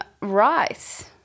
rice